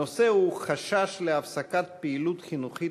הנושא הוא: חשש להפסקת פעילות חינוכית